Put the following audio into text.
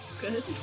Good